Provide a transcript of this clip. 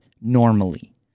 normally